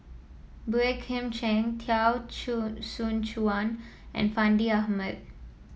Boey Kim Cheng Teo Soon Chuan and Fandi Ahmad